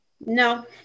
No